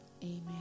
Amen